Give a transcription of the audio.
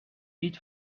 eat